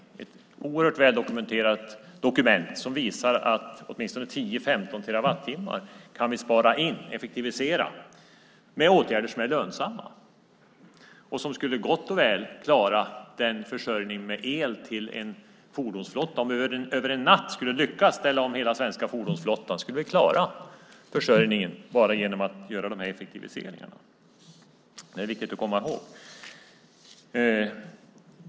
Det är ett oerhört väldokumenterat arbete som visar att vi kan spara in, effektivisera, åtminstone 10-15 terawattimmar med åtgärder som är lönsamma och som gott och väl skulle klara elförsörjningen till hela fordonsflottan. Om vi över en natt lyckades ställa om hela den svenska fordonsflottan skulle vi klara försörjningen bara genom att göra dessa effektiviseringar. Det är viktigt att komma ihåg.